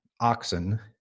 oxen